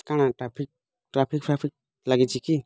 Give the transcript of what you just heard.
କାଁଣ traffic traffic traffic ଲାଗିଛି କି